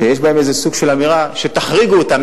שיש בהם סוג של אמירה של תחריגו אותם,